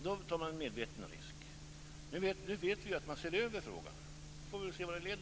Då tar man en medveten risk. Nu vet vi att man ser över frågan. Vi får se vart det leder.